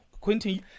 Quentin